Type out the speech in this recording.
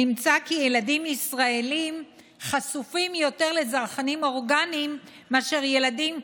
נמצא כי ילדים ישראלים חשופים יותר לזרחנים אורגניים מאשר ילדים,